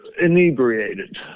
inebriated